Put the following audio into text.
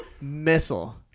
Missile